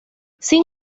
sin